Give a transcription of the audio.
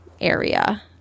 area